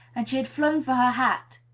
and she had flown for her hat.